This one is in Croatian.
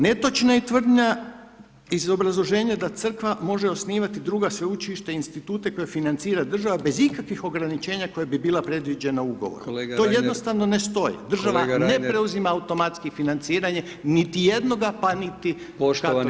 Netočno je tvrdnja iz obrazloženja da crkva može osnivati druga sveučilišta i institute koje financira država bez ikakvih ograničenja koja bi bila predviđena ugovorom, to jednostavno ne stoji [[Upadica Brkić: Kolega Reinter.]] Državna ne preuzima automatski financiranje, niti jednoga, pa niti Katoličke sveučilište.